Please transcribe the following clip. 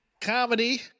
comedy